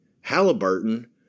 Halliburton